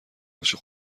باشه